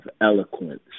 Eloquence